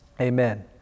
amen